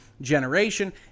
generation